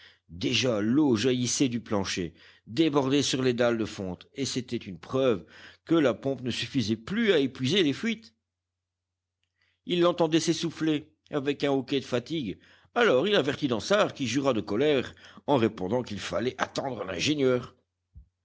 déjà l'eau jaillissait du plancher débordait sur les dalles de fonte et c'était une preuve que la pompe ne suffisait plus à épuiser les fuites il l'entendait s'essouffler avec un hoquet de fatigue alors il avertit dansaert qui jura de colère en répondant qu'il fallait attendre l'ingénieur